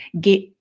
get